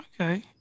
Okay